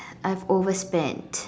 I've overspent